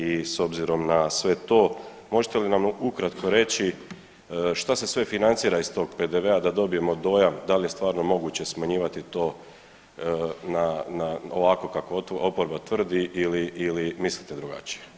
I s obzirom na sve to možete li nam ukratko reći šta se sve financira iz tog PDV-a da dobijemo dojam da li je stvarno moguće smanjivati to na, na, ovako kako oporba tvrdi ili, ili mislite drugačije.